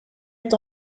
est